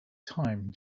time